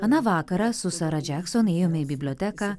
aną vakarą su sara džekson ėjome į biblioteką